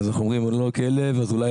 אז אנחנו אומרים לא כלב, אז אולי